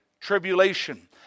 Tribulation